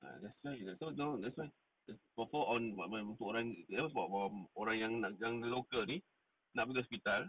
I just don't know that's why for untuk orang local ini nak pergi hospital